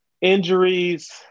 Injuries